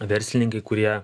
verslininkai kurie